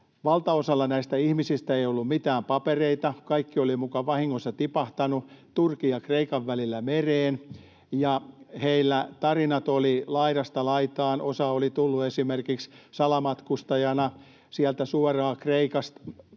valtaosalla näistä ihmisistä ei ollut mitään papereita, kaikki oli muka vahingossa tipahtanut Turkin ja Kreikan välillä mereen. Heillä tarinat olivat laidasta laitaan. Osa oli tullut esimerkiksi salamatkustajana suoraan Kreikasta